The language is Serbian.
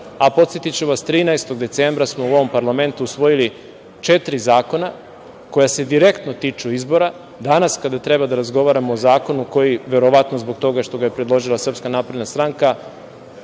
a podsetiću vas, 13. decembra smo u ovom parlamentu usvojili četiri zakona koji se direktno tiču izbora. Danas kada treba da razgovaramo o zakonu koji, verovatno zbog toga što ga je predložila SNS imamo tako,